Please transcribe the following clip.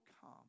come